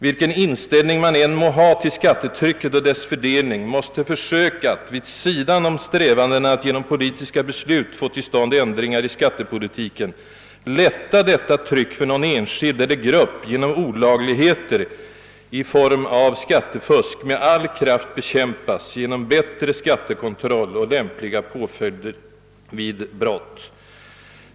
Vilken inställning man än må ha till skattetrycket och dess fördelning måste försök att — vid sidan om strävanden att genom politiska beslut få till stånd ändringar i skattepolitiken — lätta på detta tryck för någon enskild eller grupp genom olagligheter i form av skattefusk med all kraft bekämpas genom bättre skattekontroll och lämpliga straffpåföljder.